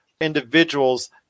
individuals